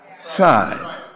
side